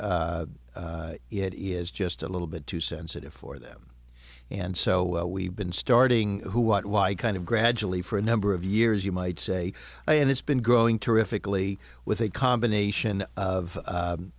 it is just a little bit too sensitive for them and so we've been starting who what why kind of gradually for a number of years you might say and it's been growing terrifically with a combination